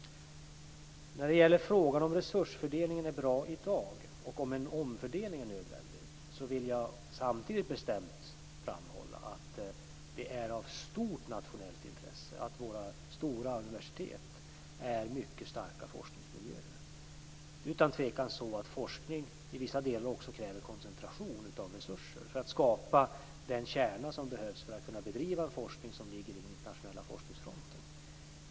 När det gäller frågan om resursfördelningen är bra i dag och om en omfördelning är nödvändig, vill jag samtidigt bestämt framhålla att det är av stort nationellt intresse att våra stora universitet är mycket starka forskningsmiljöer. Det är utan tvekan så att forskning i vissa delar också kräver koncentration av resurser för att skapa den kärna som behövs för att kunna bedriva en forskning som ligger vid den internationella forskningsfronten.